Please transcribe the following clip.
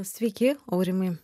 sveiki aurimai